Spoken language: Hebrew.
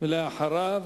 אחריו